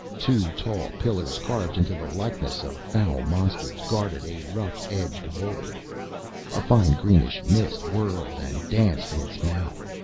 two tall pillars, carved into the likeness of foul monsters, guarded a rough-edged hole. a fine greenish mist whirled and danced in its mouth.